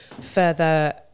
further